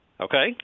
Okay